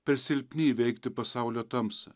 per silpni įveikti pasaulio tamsą